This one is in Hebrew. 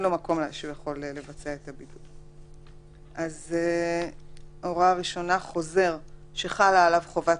בידוד של חוזר 2. (א)חוזר שחלה עליו חובת